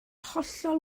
hollol